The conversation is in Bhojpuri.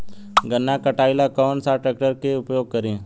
गन्ना के कटाई ला कौन सा ट्रैकटर के उपयोग करी?